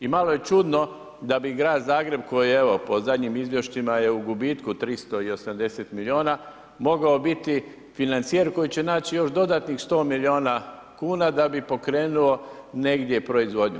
I malo je čudno da bi Grad Zagreb, koji je ono, po zadnjim izvješćima je u gubitku 380 milijuna, mogao biti financijer koji će naći još dodatnih 100 milijuna kn, da bi pokrenuo negdje proizvodnju.